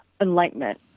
enlightenment